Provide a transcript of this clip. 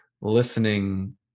listening